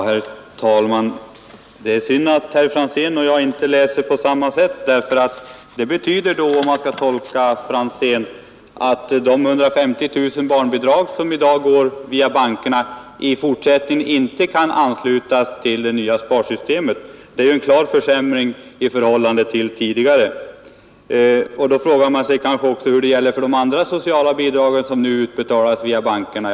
Herr talman! Det är synd att herr Franzén och jag inte läser på samma sätt. Detta betyder, om jag tolkar herr Franzén rätt, att de 150 000 barnbidrag som går genom bankerna i fortsättningen inte kan anslutas till det nya sparsystemet. Det är en klar försämring i förhållande till tidigare. Då frågar man sig också, hur det blir för de andra sociala bidrag som utbetalas via bankerna.